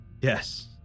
Yes